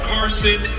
Carson